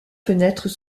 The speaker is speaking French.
fenêtres